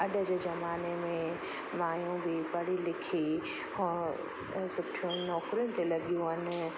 अॼु जे ज़माने में माइयूं बि पढ़ी लिखी हा सुठियूं नौकिरियूं ते लॻियूं आहिनि